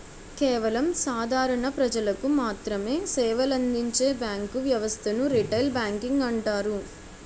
కేవలం సాధారణ ప్రజలకు మాత్రమె సేవలందించే బ్యాంకు వ్యవస్థను రిటైల్ బ్యాంకింగ్ అంటారు